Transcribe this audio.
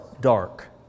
dark